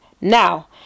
Now